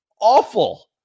Awful